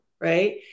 right